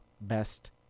best